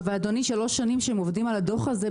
אדוני, הם כבר שלוש שנים עובדים על הדו"ח הזה.